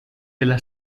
della